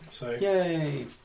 Yay